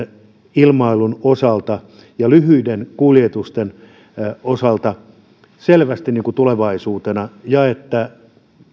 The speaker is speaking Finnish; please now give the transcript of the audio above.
ilmailun osalta ja lyhyiden kuljetusten osalta selvästi tulevaisuutena että